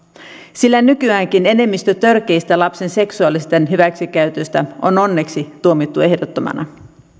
sillä nykyäänkin enemmistö törkeistä lapsen seksuaalisista hyväksikäytöistä on onneksi tuomittu ehdottomana